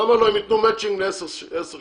למה לא, הם יתנו מצ'ינג ל-10 שנים.